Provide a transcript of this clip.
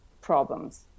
problems